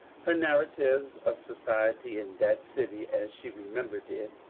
her narratives of society in that city, as she remembered it,